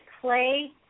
clay